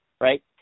right